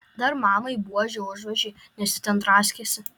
dar mamai buože užvožė nes ji ten draskėsi